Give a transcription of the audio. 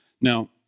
Now